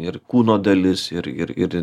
ir kūno dalis ir ir ir